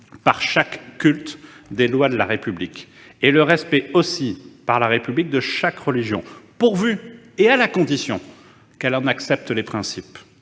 par chaque culte, des lois de la République ; le respect aussi, par la République, de chaque religion, pourvu qu'elle accepte ses principes.